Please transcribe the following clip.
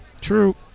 True